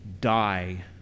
die